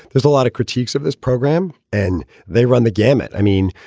there's a lot of critiques of this program and they run the gamut. i mean,